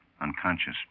Unconscious